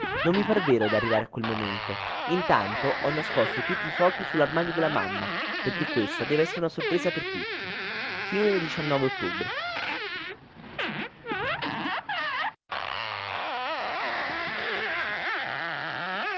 non mi par vero d'arrivare a quel momento intanto ho nascosto tutti i fuochi sull'armadio della mamma perché questa deve essere una sorpresa per tutti ottobre